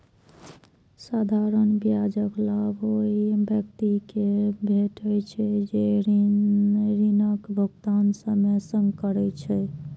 साधारण ब्याजक लाभ ओइ व्यक्ति कें भेटै छै, जे ऋणक भुगतान समय सं करै छै